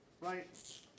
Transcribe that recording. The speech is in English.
right